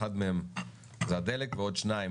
אחד מהם זה הדלק ועוד שניים,